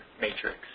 matrix